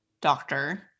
doctor